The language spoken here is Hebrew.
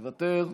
מוותר,